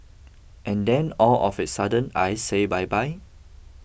and then all of a sudden I say bye bye